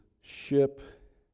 ship